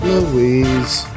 Louise